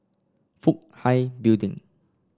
Fook Hai Building